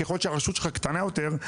ככל שהרשות שלך קטנה יותר,